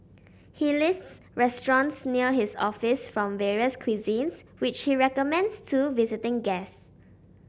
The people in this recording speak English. he lists restaurants near his office from various cuisines which he recommends to visiting guest